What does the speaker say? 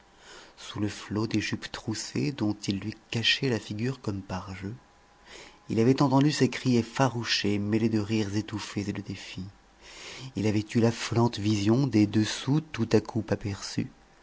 sous le flot des jupes troussées dont il lui cachait la figure comme par jeu il avait entendu ses cris effarouchés mêlés de rires étouffés et de défis il avait eu l'affolante vision des dessous tout à coup aperçus